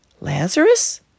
Lazarus